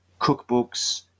cookbooks